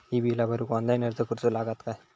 ही बीला भरूक ऑनलाइन अर्ज करूचो लागत काय?